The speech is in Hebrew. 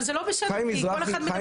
לא, לא, זה לא בסדר, כי כל אחד מדבר.